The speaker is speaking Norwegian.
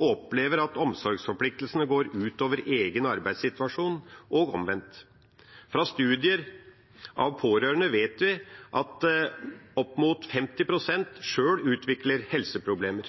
og opplever at omsorgsforpliktelsene går ut over egen arbeidssituasjon og omvendt. Fra studier av pårørende vet vi at opp mot 50 pst. sjøl utvikler helseproblemer.